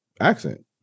accent